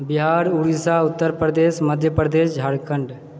Bihar Odisha Uttar Pradesh Madhya Pradesh Jharkhand